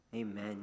Amen